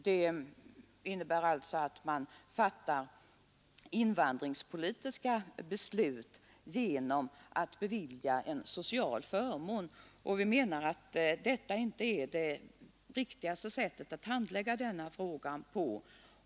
Man fattar alltså invandringspolitiska beslut genom att bevilja en social förmån. Vi menar att detta inte är det riktigaste sättet att handlägga denna fråga.